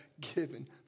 given